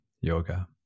yoga